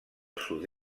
sud